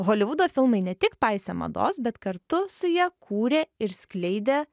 holivudo filmai ne tik paisė mados bet kartu su ja kūrė ir skleidė